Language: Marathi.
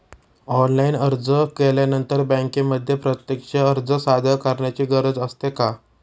ऑनलाइन अर्ज केल्यानंतर बँकेमध्ये प्रत्यक्ष अर्ज सादर करायची गरज असते का?